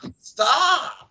Stop